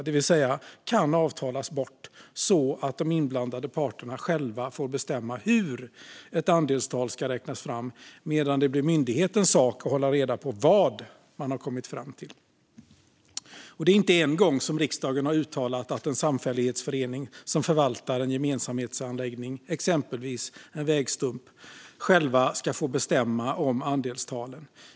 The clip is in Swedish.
Det vill säga att de kan avtalas bort, så att de inblandade parterna själva kan bestämma hur ett andelstal ska räknas fram medan det blir myndighetens sak att hålla reda på vad man har kommit fram till. Det är inte bara en gång som riksdagen har uttalat att en samfällighetsförening som förvaltar en gemensamhetsanläggning, exempelvis en vägstump, själv ska få bestämma om andelstalen.